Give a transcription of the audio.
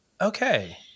okay